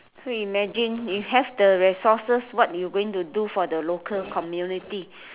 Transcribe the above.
so imagine you have the resources what you going to do for the local community